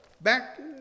Back